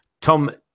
Tom